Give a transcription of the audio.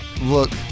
look